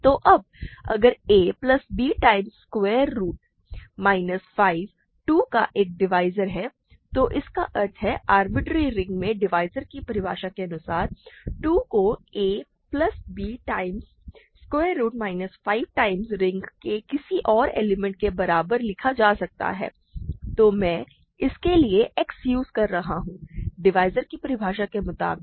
तो अब अगर a plus b times square root minus 5 2 का एक डिवाइज़र है तोह इसका अर्थ है आरबिटरेरी रिंग में डिवाइज़र की परिभाषा के अनुसार 2 को a plus b times square root minus 5 times ring के किसी और एलिमेंट के बराबर लिखा जा सकता है तो में इसके लिए x यूज़ कर रहा हूँ डिवाइज़र की परिभाषा के मुताबिक